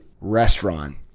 restaurant